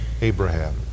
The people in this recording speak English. Abraham